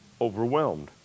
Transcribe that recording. Overwhelmed